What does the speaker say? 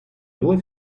due